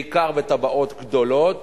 בעיקר בתב"עות גדולות,